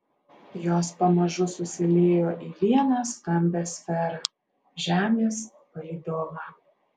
jos pamažu susiliejo į vieną stambią sferą žemės palydovą